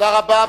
תודה רבה.